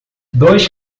dois